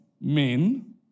men